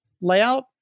layout